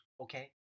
Okay